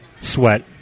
sweat